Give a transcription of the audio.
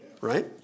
Right